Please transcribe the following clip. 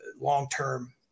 long-term